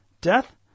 death